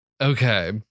Okay